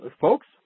folks